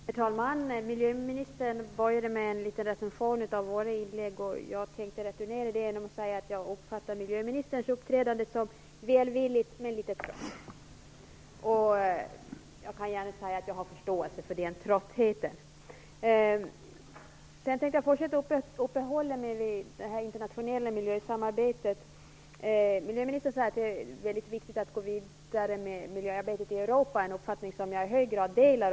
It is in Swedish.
Herr talman! Miljöministern började med en liten recension av våra inlägg. Jag tänkte returnera det genom att säga att jag uppfattar miljöministerns uppträdande som välvilligt men litet trött. Jag kan gärna säga att jag har förståelse för den tröttheten. Jag tänker fortsätta att uppehålla mig vid det internationella miljösamarbetet. Miljöministern sade att det är väldigt viktigt att gå vidare med miljöarbetet i Europa. Det är en uppfattning som jag i hög grad delar.